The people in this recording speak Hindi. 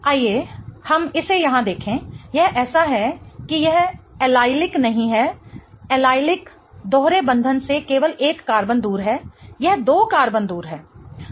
आइए हम इसे यहां देखें यह ऐसा है कि यह एलिलिक नहीं है एलिलिक दोहरे बंधन से केवल एक कार्बन दूर है यह दो कार्बन दूर है